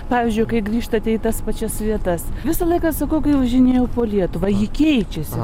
pavyzdžiui kai grįžtate į tas pačias vietas visą laiką sakau kai važinėju po lietuvą ji keičiasi